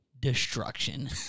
destruction